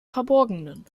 verborgenen